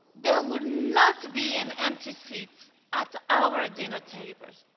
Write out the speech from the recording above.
there would not be an empty seat at our dinner table.